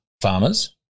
farmers